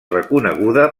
reconeguda